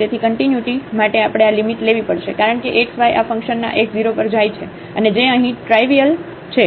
તેથી કન્ટિન્યુટી માટે આપણે આ લિમિટ લેવી પડશે કારણ કે x y આ ફંક્શનના x 0 પર જાય છે અને જે અહીં ટ્રાયવિઅલ છે